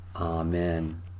Amen